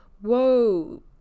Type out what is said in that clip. whoa